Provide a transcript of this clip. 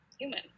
human